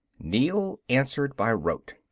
neel answered by rote.